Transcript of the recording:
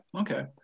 Okay